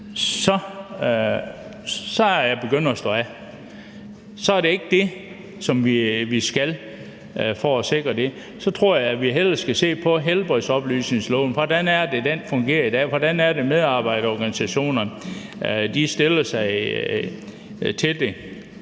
at jeg begynder at stå af. Så er det ikke det, vi skal gøre for at sikre det. Så tror jeg, at vi hellere skal se på, hvordan helbredsoplysningsloven fungerer i dag, og hvordan medarbejderorganisationerne stiller sig til det